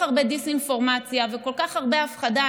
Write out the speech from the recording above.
הרבה דיסאינפורמציה וכל כך הרבה הפחדה.